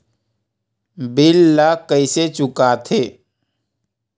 bill ला कइसे चुका थे